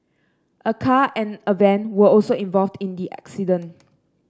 a car and a van were also involved in the accident